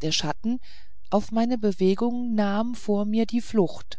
der schatten auf meine bewegung nahm vor mir die flucht